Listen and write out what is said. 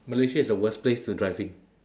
malaysia is the worst place to driving